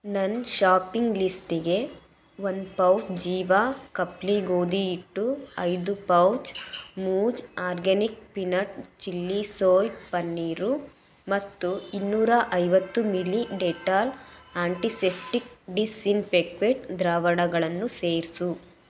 ನನ್ನ ಶಾಪಿಂಗ್ ಲಿಸ್ಟಿಗೆ ಒಂದು ಪೌಚ್ ಜೀವಾ ಕಪ್ಲಿ ಗೋಧಿ ಇಟ್ಟು ಐದು ಪೌಚ್ ಮೂಜ್ organic peanut chilli soy paneer ಮತ್ತು ಇನ್ನೂರ ಐವತ್ತು ಮಿಲೀ ಡೆಟಾಲ್ ಆಂಟಿಸೆಪ್ಟಿಕ್ ಡಿಸ್ಇನ್ಫೆಕ್ವೆಟ್ ದ್ರಾವಣಗಳನ್ನು ಸೇರಿಸು